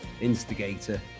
instigator